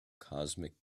cosmic